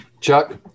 Chuck